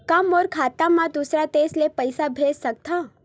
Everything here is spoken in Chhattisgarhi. का मोर खाता म दूसरा देश ले पईसा भेज सकथव?